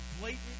blatant